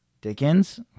Dickens